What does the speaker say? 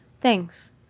Thanks